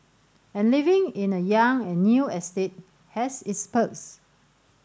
and living in a young and new estate has its perks